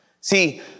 See